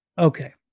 Okay